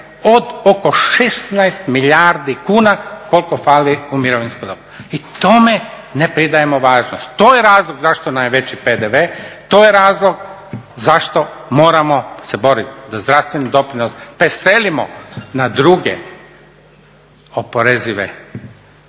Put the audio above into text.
od oko 16 milijardi kuna koliko fali u mirovinskom. I tome ne pridajemo važnost. To je razlog zašto nam je veći PDV, to je razlog zašto moramo se boriti da zdravstveni doprinos preselimo na druge oporezive